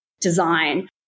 design